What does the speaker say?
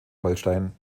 holstein